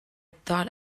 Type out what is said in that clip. thought